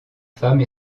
femme